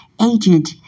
agent